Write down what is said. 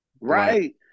Right